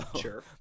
Sure